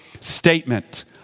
statement